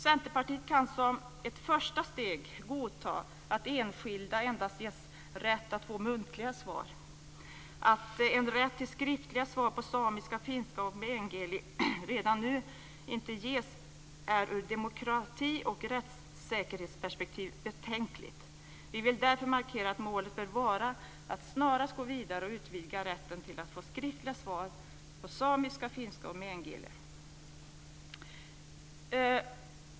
Centerpartiet kan som ett första steg godta att enskilda endast ges rätt att få muntliga svar. Att en rätt till skriftliga svar på samiska, finska och meänkieli redan nu inte ges är ur demokrati och rättssäkerhetsperspektiv betänkligt. Vi vill därför markera att målet bör vara att snarast gå vidare och utvidga rätten till att få skriftliga svar på samiska, finska och meänkieli.